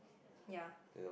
ya